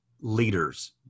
leaders